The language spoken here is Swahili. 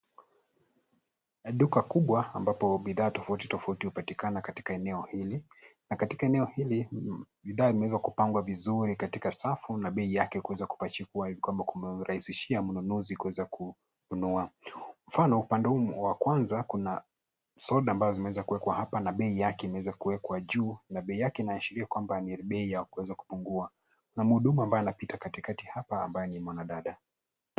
Duka kubwa ambapo bidhaa tofauti tofauti hupatikana katika eneo hili na katika eneo hili, bidhaa imeweza kupangwa vizuri katika safu na bei yake kuweza kupachikwa hivi kwamba kumrahisishia mnunuzi kuweza kununua. Mfano upande huu wa kwanza kuna soda mbazo zimeweza kuwekwa hapa na bei yake imeweza kuwekwa juu na bei yake inaashiria kwamba ni bei ambayo inaweza kupungua. Kuna mhuudumu ambaye anapita katikati hapa ambaye ni mwanadada.